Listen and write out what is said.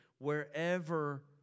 Wherever